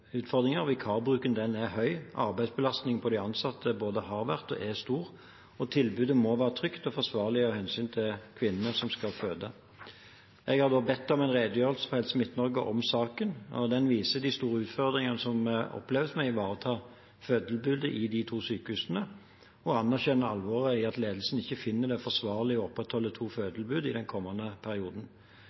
utfordringer – vikarbruken er høy, arbeidsbelastningen på de ansatte både har vært og er stor, og tilbudet må være trygt og forsvarlig av hensyn til kvinnene som skal føde. Jeg har bedt om en redegjørelse fra Helse Midt-Norge om saken. Den viser de store utfordringene som oppleves med å ivareta fødetilbudet i de to sykehusene, og anerkjenner alvoret i at ledelsen ikke finner det forsvarlig å opprettholde to fødetilbud i den kommende perioden.